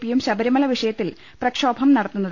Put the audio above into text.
P യും Sabarimala വിഷയത്തിൽ പ്രക്ഷോഭം നടത്തുന്നത്